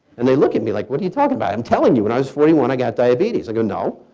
and they look at me like, what are you talking about? i'm telling you, when i was forty one i got diabetes. i go, no.